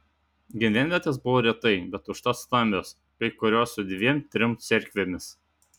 gyvenvietės buvo retai bet užtat stambios kai kurios su dviem trim cerkvėmis